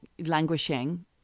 languishing